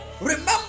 remember